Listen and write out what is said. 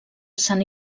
sant